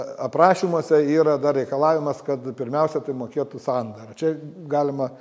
aprašymuose yra dar reikalavimas kad pirmiausia tai mokėtų sandarą čia galima